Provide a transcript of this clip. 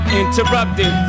interrupted